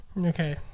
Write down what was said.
Okay